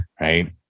right